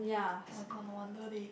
oh-my-god no wonder they